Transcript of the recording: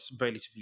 relatively